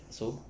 so